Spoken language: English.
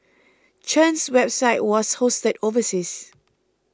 Chen's website was hosted overseas